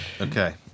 Okay